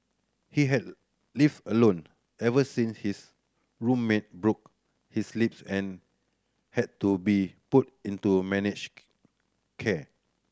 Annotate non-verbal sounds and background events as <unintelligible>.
he has lived alone ever since his roommate broke his leaps and had to be put into managed <unintelligible> care